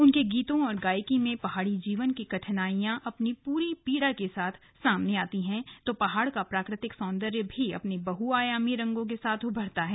उनके गीतों और गायकी में पहाड़ी जीवन की कठिनाइयां अपनी पूरी पीड़ा के साथ सामने आती हैं तो पहाड़ का प्राकृतिक सौंदर्य भी अपने बहुआयामी रंगों के साथ उभरता है